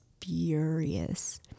furious